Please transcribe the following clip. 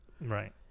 Right